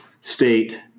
state